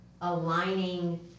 aligning